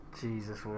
Jesus